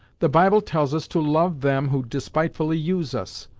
the bible tells us to love them who despitefully use us,